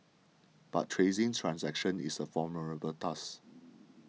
but tracing transactions is a formidable task